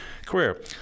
career